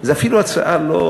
זה אפילו הצעה לא,